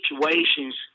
situations